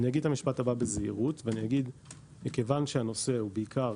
אני אגיד את המשפט הבא בזהירות: מכיוון שהנושא הוא בעיקר